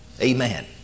Amen